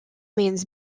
means